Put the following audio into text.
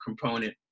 component